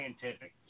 scientific